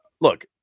look